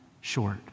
Short